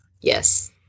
yes